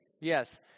Yes